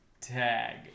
tag